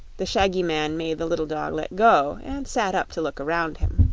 the shaggy man made the little dog let go, and sat up to look around him.